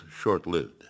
short-lived